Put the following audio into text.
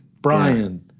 brian